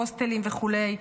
הוסטלים וכו',